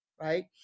right